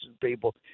people